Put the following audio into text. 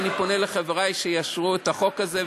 ואני פונה לחברי שיאשרו את החוק הזה.